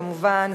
כמובן,